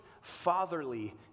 fatherly